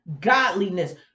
godliness